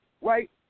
right